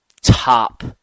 top